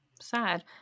Sad